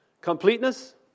Completeness